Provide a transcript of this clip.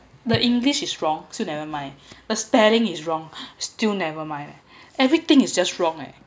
the english is wrong so never mind the spelling is wrong still never mind eh everything is just wrong eh